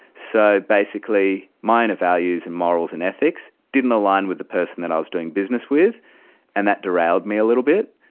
so basically my inner and values and morals and ethics didn't align with the person that i was doing business with and that derailed me a little bit.